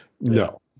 no